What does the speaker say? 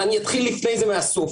אבל אני אתחיל לפני זה מהסוף.